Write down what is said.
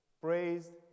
Praised